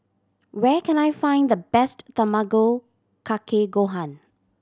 where can I find the best Tamago Kake Gohan